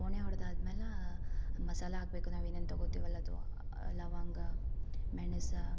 ಫೋನೆ ಹೊಡ್ದೆ ಆದ್ಮೇಲೆ ಮಸಾಲೆ ಹಾಕ್ಬೇಕು ನಾವೇನೇನು ತಗೋತಿವಲ್ಲ ಅದು ಲವಂಗ ಮೆಣಸು